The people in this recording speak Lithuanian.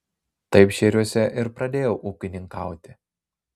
taip šėriuose ir pradėjau ūkininkauti